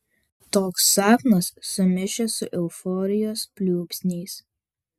toks sapnas sumišęs su euforijos pliūpsniais